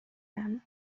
werden